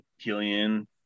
Killian